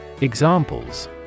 Examples